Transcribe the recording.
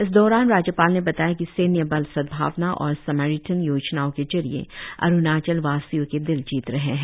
इस दौरान राज्यपाल ने बताया की सैन्य बल सदभावना और समारीटन योजनाओ के जरिए अरुणाचल वासियों के दिल जीत रहे है